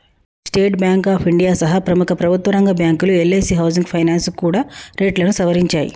state Bank of India సహా ప్రముఖ ప్రభుత్వరంగ బ్యాంకులు, ఎల్ఐసీ హౌసింగ్ ఫైనాన్స్ కూడా రేట్లను సవరించాయి